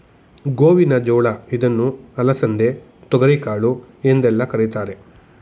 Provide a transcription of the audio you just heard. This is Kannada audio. ಗೋವಿನ ಜೋಳ ಇದನ್ನು ಅಲಸಂದೆ, ತೊಗರಿಕಾಳು ಎಂದೆಲ್ಲ ಕರಿತಾರೆ